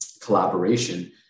collaboration